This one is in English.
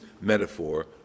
metaphor